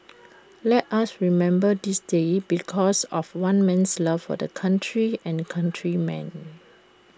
let us remember this day because of one man's love for the country and countrymen